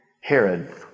Herod